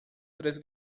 três